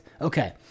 Okay